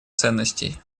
ценностей